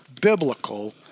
biblical